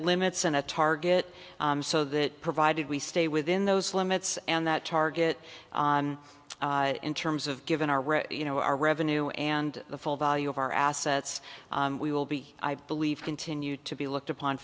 limits and a target so that provided we stay within those limits and that target in terms of given our you know our revenue and the full value of our assets we will be i believe continue to be looked upon